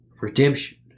Redemption